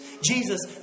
Jesus